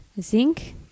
zinc